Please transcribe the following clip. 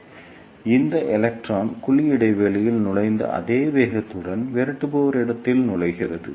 எனவே இந்த எலக்ட்ரான் குழி இடைவெளியில் நுழைந்த அதே வேகத்துடன் விரட்டுபவர் இடத்தில் நுழைகிறது